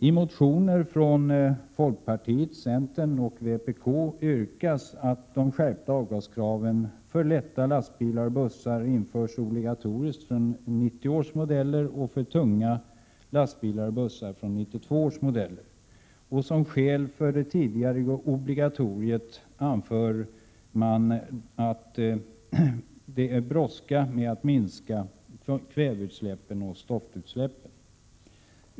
I motioner från folkpartiet, centern och vpk yrkas att de skärpta avgaskraven för lätta lastbilar och bussar införs obligatoriskt från 1990 års modeller och för tunga lastbilar och bussar från 1992 års modeller. Som skäl för att tidigarelägga obligatoriet anförs att åtgärder för att minska kväveutsläppen och stoftutsläppen brådskar.